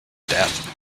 death